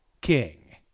king